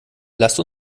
lass